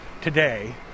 today